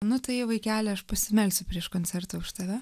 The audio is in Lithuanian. nu tai vaikeli aš pasimelsiu prieš koncertą už tave